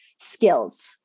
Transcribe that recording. skills